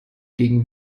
gegen